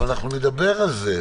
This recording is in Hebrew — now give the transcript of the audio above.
אבל נדבר על זה.